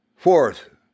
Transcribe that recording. Fourth